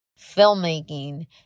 filmmaking